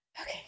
okay